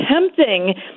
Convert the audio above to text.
tempting